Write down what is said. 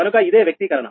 కనుక ఇదే వ్యక్తీకరణ